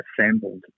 assembled